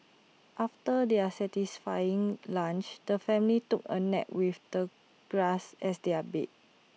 after their satisfying lunch the family took A nap with the grass as their bed